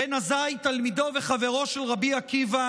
בן עזאי, תלמידו וחברו של רבי עקיבא,